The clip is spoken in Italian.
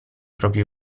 propri